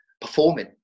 performing